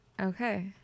okay